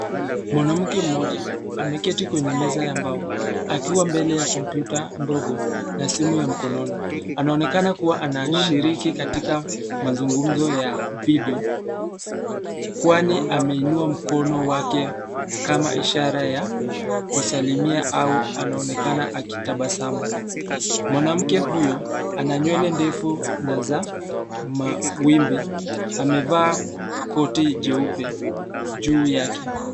Mwanamke mmoja, ameketi kwenye meza ya mbao, akiwa mbele ya kompyuta ndogo, na simu ya mkononi, anaonekana kuwa anashiriki katika, mazungumzo ya video , kwani ameinua mkono wake, kama ishara ya, kusalimia au anaonekana akitabasamu, mwanamke huyo, ana nywele ndefu, na za, mawimbi, amevaa, koti jeupe, juu yake.